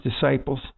disciples